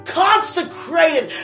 consecrated